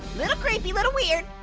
little creepy, little weird.